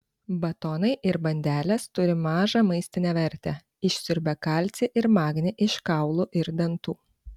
batonai ir bandelės turi mažą maistinę vertę išsiurbia kalcį ir magnį iš kaulų ir dantų